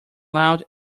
loud